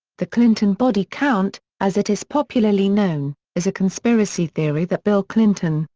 the clinton body count, as it is popularly known, is a conspiracy theory that bill clinton,